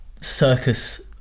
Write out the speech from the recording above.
circus